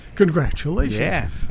Congratulations